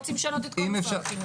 רוצים לשנות את כל משרד החינוך.